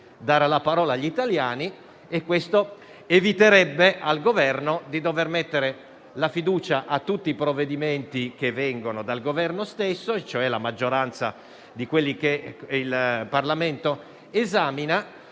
dare la parola agli italiani. Ciò eviterebbe al Governo di dover mettere la fiducia su tutti i provvedimenti che presenta (cioè la maggioranza di quelli che il Parlamento esamina),